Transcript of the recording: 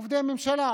עובדי ממשלה,